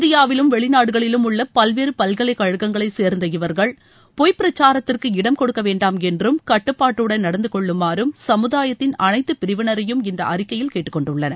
இந்தியாவிலும் வெளிநாடுகளிலும் உள்ள பல்வேறு பல்கலைக்கழகங்களைச் சேர்ந்த இவர்கள் பொய்ப்பிரக்சாரத்திற்கு இடம் கொடுக்க வேண்டாம் என்றும் கட்டுப்பாட்டுடன் நடந்து கொள்ளுமாறும் சமுதாயத்தின் அனைத்து பிரிவிளரையும் இந்த அறிக்கையில் கேட்டுக் கொண்டுள்ளனர்